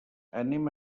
anem